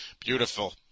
beautiful